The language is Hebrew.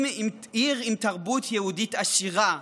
עיר עם תרבות יהודית עשירה,